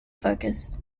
focus